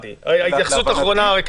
התייחסות אחרונה שלך,